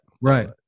Right